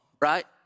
right